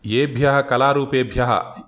येभ्यः कलारूपेभ्यः